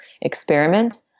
experiment